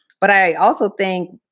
but i also think,